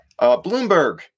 Bloomberg